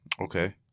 Okay